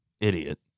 idiot